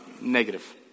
Negative